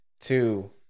two